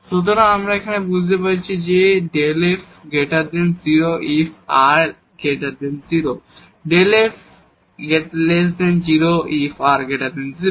সুতরাং আমরা এখানে কি বুঝতে পেরেছি যে Δ f 0if r 0 Δ f 0if r 0